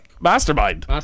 Mastermind